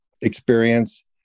experience